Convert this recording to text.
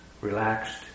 relaxed